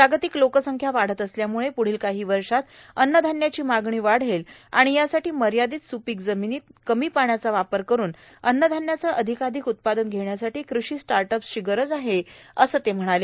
जार्गातक लोकसंख्या वाढत असल्यामुळे पुढोल काहो वषात अन्नधान्याची मागणी वाढेल आर्ाण यासाठी मर्यादत सुपीक र्जामनीत आर्ाण कमी पाण्याचा वापर करत अन्नधान्याचं र्आधर्काधिक उत्पादन घेण्यासाठी कृषी स्टाटअप्सची गरज आहे असं ते म्हणाले